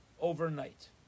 overnight